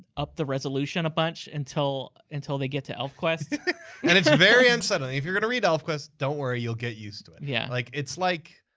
upped the resolution a bunch until until they get to elfquest and it's very unsettling. if yo're gonna read elfquest, don't worry, you'll get used to it. yeah like it's like,